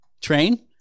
Train